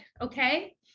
Okay